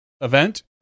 event